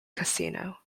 casino